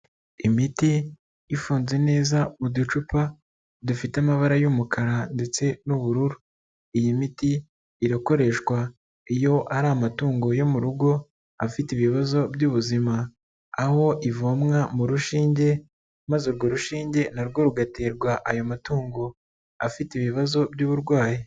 Imiti ifunze neza muducupa dufite amabara y'umukara ndetse n'ubururu, iyi miti irakoreshwa iyo ari amatungo yo mu rugo afite ibibazo by'ubuzima, aho ivomwa mu rushinge maze urwo rushinge na rwo rugaterwa ayo matungo afite ibibazo by'uburwayi.